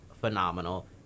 phenomenal